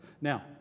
Now